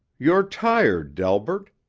you're tired, delbert.